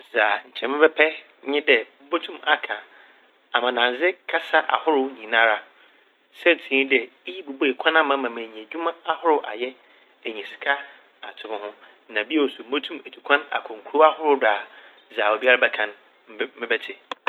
Dza nkyɛ mebɛpɛ nye dɛ mobotum aka amanadze kasa ahorow nyinara. Saintsir nye dɛ iyi bobuei kwan ama m' ma menya edwuma ahorow ayɛ enya sika ato mo ho. Na bio so motum etu kwan akɔ nkurow ahorow do a dza obiara bɛka n' meb - mebɛtse.